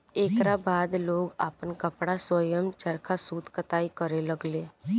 एकरा बाद लोग आपन कपड़ा स्वयं चरखा सूत कताई करे लगले